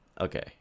Okay